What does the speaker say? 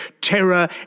Terror